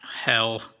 Hell